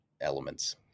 elements